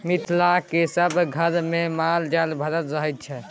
मिथिलाक सभ घरमे माल जाल भरल रहय छै